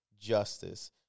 justice